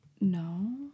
No